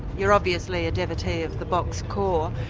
you're obviously a devotee of the box-core.